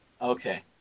Okay